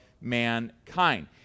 mankind